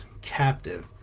captive